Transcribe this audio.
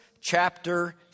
chapter